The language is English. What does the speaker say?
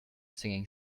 singing